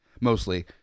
mostly